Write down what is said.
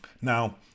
Now